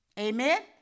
Amen